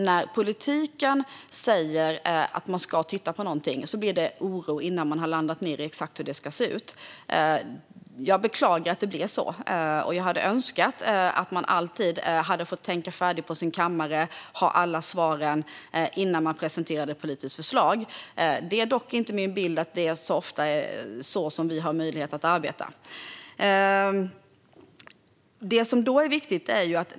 När politiker säger att man ska titta på någonting blir det oro innan man har landat i hur det exakt ska se ut. Jag beklagar att det blev så. Jag hade önskat att man alltid hade fått tänka färdigt på sin kammare och ha alla svaren innan man presenterar ett politiskt förslag. Det är dock inte min bild att det särskilt ofta är så vi har möjlighet att arbeta.